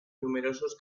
numerosos